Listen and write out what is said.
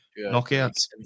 Knockouts